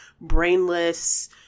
brainless